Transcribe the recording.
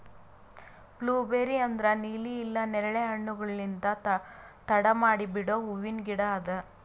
blueberry ಅಂದುರ್ ನೀಲಿ ಇಲ್ಲಾ ನೇರಳೆ ಹಣ್ಣುಗೊಳ್ಲಿಂದ್ ತಡ ಮಾಡಿ ಬಿಡೋ ಹೂವಿನ ಗಿಡ ಅದಾ